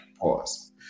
Pause